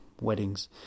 weddings